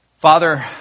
Father